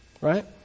Right